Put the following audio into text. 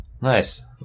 Nice